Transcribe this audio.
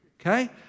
okay